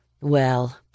Well